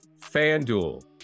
FanDuel